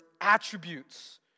attributes